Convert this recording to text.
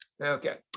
Okay